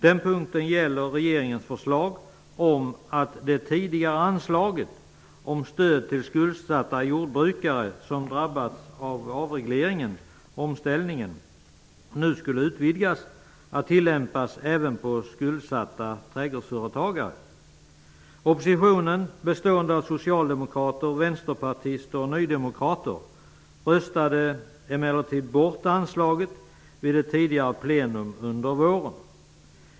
Den punkten gäller regeringens förslag om att det tidigare anslaget beträffande stöd till skuldsatta jordbrukare som drabbats av avregleringen, omställningen, skulle utvidgas till att tillämpas även avseende skuldsatta trädgårdsföretagare. Oppositionen -- bestående av socialdemokrater, vänsterpartister och nydemokrater -- röstade emellertid bort anslaget vid ett tidigare plenum här under våren.